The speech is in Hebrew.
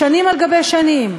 שנים על גבי שנים,